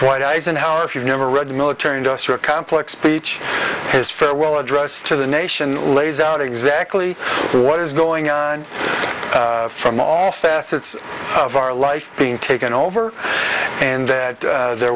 dwight eisenhower if you've never read the military industrial complex speech his farewell address to the nation lays out exactly what is going on from all facets of our life being taken over and that there